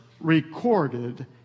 recorded